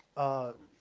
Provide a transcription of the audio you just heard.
ah,